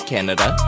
Canada